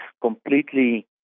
completely